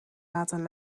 laten